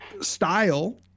style